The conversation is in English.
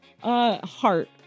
Heart